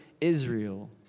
Israel